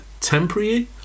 temporary